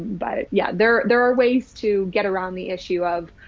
but yeah, there, there are ways to get around the issue of,